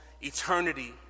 eternity